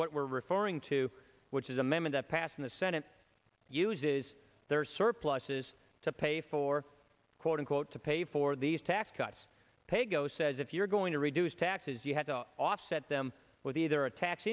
what we're referring to which is a member that passed in the senate uses their surpluses to pay for quote unquote to pay for these tax cuts pay go says if you're going to reduce taxes you have to offset them with either a tax